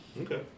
Okay